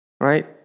Right